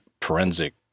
forensic